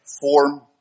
form